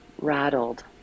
rattled